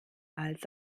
als